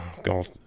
God